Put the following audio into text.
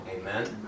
Amen